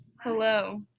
Hello